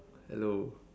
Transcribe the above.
hello